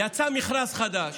יצא מכרז חדש.